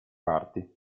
parti